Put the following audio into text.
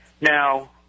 Now